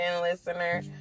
listener